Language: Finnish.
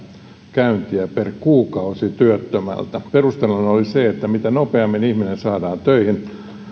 käyntiä per kuukausi työttömältä perusteluna oli se että mitä nopeammin ihminen saadaan töihin